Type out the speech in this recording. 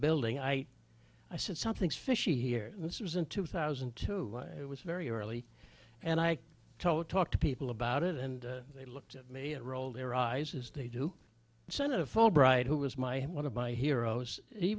building i i said something's fishy here and this was in two thousand and two it was very early and i told talk to people about it and they looked at me and rolled their eyes as they do senator fulbright who was my one of my heroes he